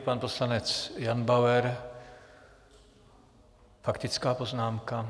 Pan poslanec Jan Bauer faktická poznámka.